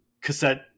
cassette